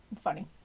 funny